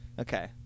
Okay